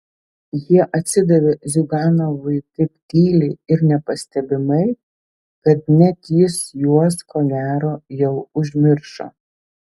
jie atsidavė ziuganovui taip tyliai ir nepastebimai kad net jis juos ko gero jau užmiršo